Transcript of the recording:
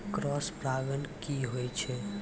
Cross परागण की होय छै?